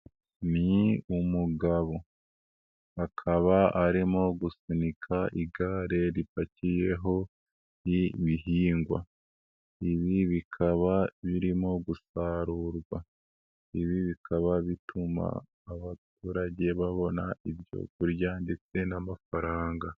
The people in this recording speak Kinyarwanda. Ni umugabo akaba, arimo gusunika igare ripakiyeho ibihingwa, ibi bikaba birimo gusarurwa, ibi bikaba bituma abaturage babona ibyo kurya ndetse n'amafaranga.